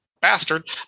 bastard